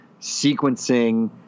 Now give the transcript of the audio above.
sequencing